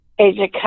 education